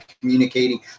communicating